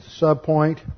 subpoint